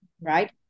right